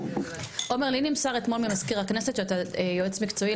לי נמסר אתמול ממזכיר הכנסת שאתה יועץ מקצועי,